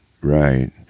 right